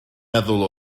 meddwl